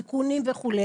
תיקונים וכו',